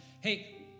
hey